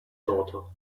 daughter